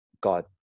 God